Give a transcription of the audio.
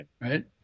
Right